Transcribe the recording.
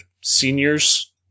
seniors